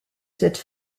cette